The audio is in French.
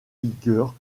vigueur